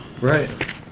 Right